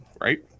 Right